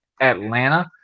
Atlanta